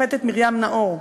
השופטת מרים נאור: